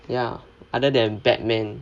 ya other than batman